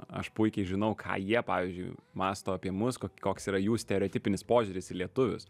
aš puikiai žinau ką jie pavyzdžiui mąsto apie mus ko koks yra jų stereotipinis požiūris į lietuvius